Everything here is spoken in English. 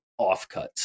Offcuts